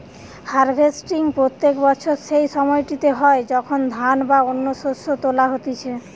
harvesting প্রত্যেক বছর সেই সময়টিতে হয় যখন ধান বা অন্য শস্য তোলা হতিছে